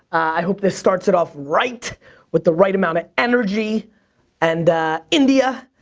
i hope this starts it off right with the right amount of energy and india.